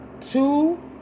two